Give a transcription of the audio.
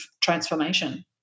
transformation